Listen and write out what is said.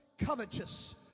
Covetous